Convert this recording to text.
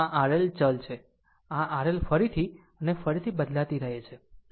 અને જો આ RL ચલ છે જો આ RL ફરીથી અને ફરીથી બદલાતી રહે છે